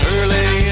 Early